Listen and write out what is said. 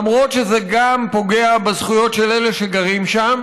למרות שזה גם פוגע בזכויות של אלה שגרים שם